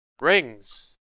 rings